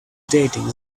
dating